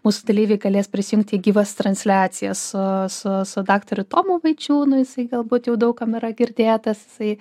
mūsų dalyviai galės prisijungti į gyvas transliacijas su su daktaru tomu vaičiūnu jisai galbūt jau daug kam yra girdėtas jisai